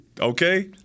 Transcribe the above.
okay